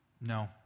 No